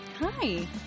Hi